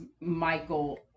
Michael